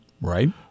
right